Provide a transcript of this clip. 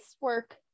work